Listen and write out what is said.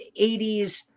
80s